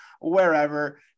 wherever